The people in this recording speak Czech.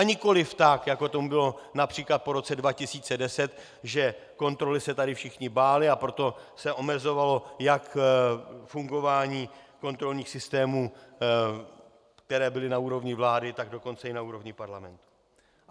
Nikoliv tak, jako tomu bylo například po roce 2010, že kontroly se tady všichni báli, a proto se omezovalo jak fungování kontrolních systémů, které byly na úrovni vlády, tak dokonce i na úrovni parlamentu.